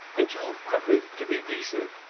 and too crooked to be decent.